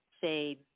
say